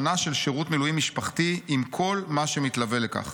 שנה של שירות מילואים משפחתי עם כל מה שמתלווה לכך.